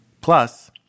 Plus